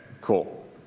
Cool